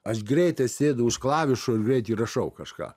aš greitai sėdau už klavišo ir greit įrašau kažką